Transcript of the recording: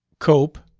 cope,